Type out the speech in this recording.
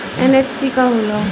MFC का हो़ला?